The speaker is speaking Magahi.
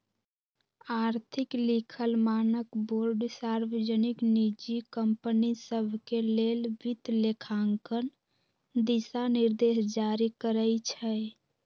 आर्थिक लिखल मानकबोर्ड सार्वजनिक, निजी कंपनि सभके लेल वित्तलेखांकन दिशानिर्देश जारी करइ छै